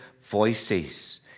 voices